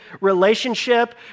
relationship